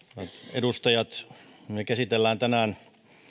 edustajat me käsittelemme tänään